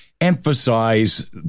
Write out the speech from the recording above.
emphasize